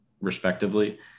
respectively